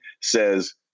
says